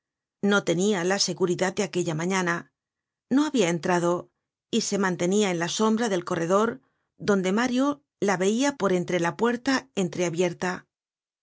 no tenia la seguridad de aquella mañana no habia entrado y se mantenia en la sombra del corredor donde mario la veia por entre la puerta